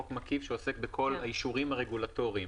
היה חוק מקיף שעוסק בכל האישורים הרגולטורים,